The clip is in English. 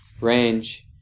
range